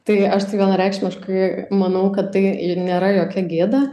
tai aš tai vienareikšmiškai manau kad tai nėra jokia gėda